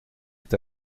est